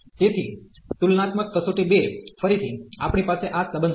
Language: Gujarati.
તેથીતુલનાત્મક કસોટી 2 ફરીથી આપણી પાસે આ સંબંધ છે